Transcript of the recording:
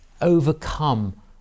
overcome